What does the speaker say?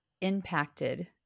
impacted